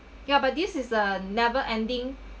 ya but this is a never ending